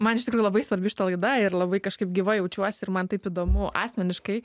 man iš tikrųjų labai svarbi šita laida ir labai kažkaip gyva jaučiuosi ir man taip įdomu asmeniškai